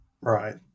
Right